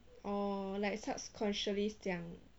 orh like subconsciously 讲